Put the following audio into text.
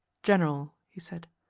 general, he said,